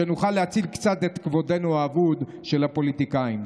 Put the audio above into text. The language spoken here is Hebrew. שנוכל להציל קצת את כבודם האבוד של הפוליטיקאים.